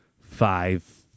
Five